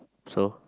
so